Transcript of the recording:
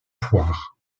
foire